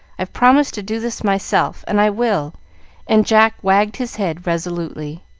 i've promised to do this myself, and i will and jack wagged his head resolutely.